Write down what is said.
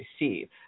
receive